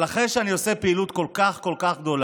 אחרי שאני עושה פעילות כל כך גדולה,